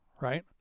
right